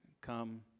come